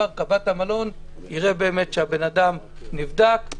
קב"ט המלון יראה שהבן אדם נבדק,